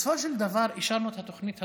בסופו של דבר אישרנו את התוכנית הזאת,